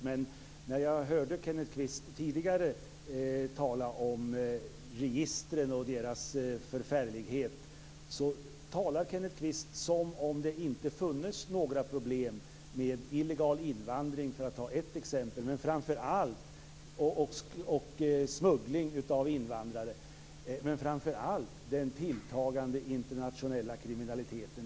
Men när jag tidigare hörde Kenneth Kvist tala om registren och deras förfärlighet, talade han som om det inte funnes några problem med illegal invandring, smuggling av invandrare och framför allt med den tilltagande internationella kriminaliteten.